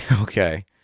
Okay